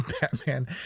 Batman